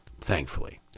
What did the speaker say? thankfully